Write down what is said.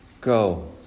go